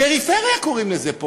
פריפריה קוראים לזה פה.